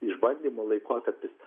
išbandymo laikotarpis